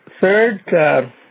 third